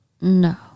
No